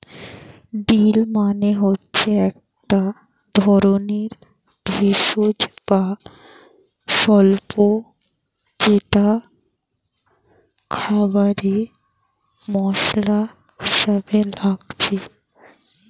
deal মানে হচ্ছে একটা ধরণের ভেষজ বা স্বল্প যেটা খাবারে মসলা হিসাবে লাগছে